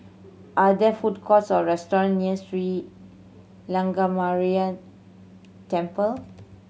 are there food courts or restaurant near Sri Lankaramaya Temple